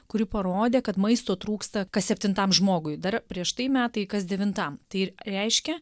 kuri parodė kad maisto trūksta kas septintam žmogui dar prieš tai metai kas devintam tai reiškia